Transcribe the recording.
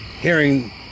hearing